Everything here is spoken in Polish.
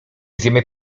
zjemy